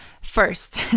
first